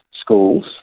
schools